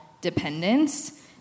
dependence